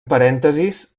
parèntesis